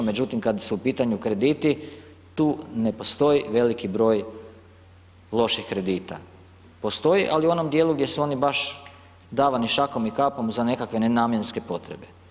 Međutim, kad su u pitanju krediti, tu ne postoji veliki broj loših kredita, postoji, ali u onom dijelu gdje su oni baš davani šakom i kapom za nekakve nenamjenske potrebe.